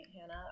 Hannah